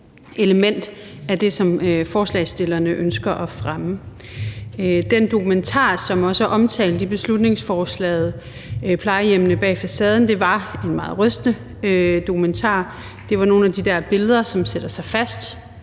element af det, som forslagsstillerne ønsker at fremme. Den dokumentar, som også er omtalt i beslutningsforslaget, »Plejehjemmene bag facaden«, var en meget rystende dokumentar. Det var nogle af de der billeder, som sætter sig fast